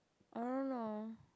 I don't know